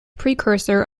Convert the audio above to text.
precursor